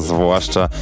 Zwłaszcza